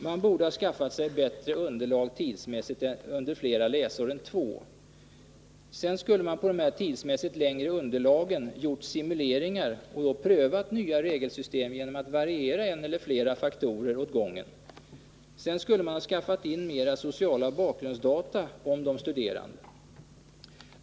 Man borde ha skaffat sig bättre tidsunderlag, under flera läsår än två. Sedan skulle man på detta tidsmässigt bättre underlag ha gjort simuleringar och prövat nya regelsystem genom att variera en eller flera faktorer åt gången. Vidare borde man ha skaffat in mera sociala bakgrundsdata om de studerande.